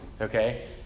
Okay